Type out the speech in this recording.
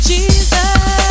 Jesus